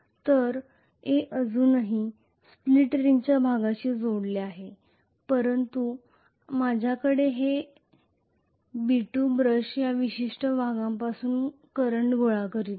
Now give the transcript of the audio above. तर A अजूनही split रिंगच्या भागाशी जोडलेला आहे परंतु माझ्याकडे हे आहे मी ब्रश B2 या विशिष्ट भागामधून करंट गोळा करीत आहे